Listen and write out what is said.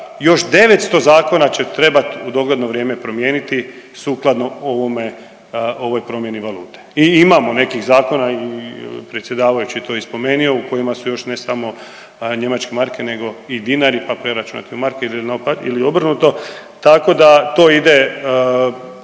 još 900 zakona će trebat u dogledno vrijeme promijeniti sukladno ovome, ovoj promjeni valute i imamo nekih zakona i predsjedavajući je to i spomenuo u kojima su još ne samo njemačke marke nego i dinari, pa preračunati u marke ili obrnuto, tako da to ide